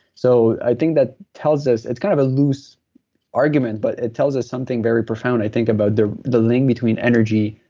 so i think that tells us. it's kind of a loose argument, but it tells us something very profound, i think, about the the link between energy,